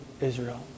Israel